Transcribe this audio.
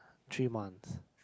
three months